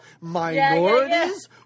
minorities